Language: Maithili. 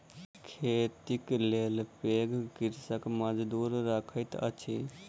खेतीक लेल पैघ कृषक मजदूर रखैत अछि